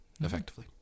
Effectively